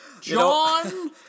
John